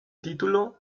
título